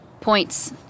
points